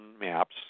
maps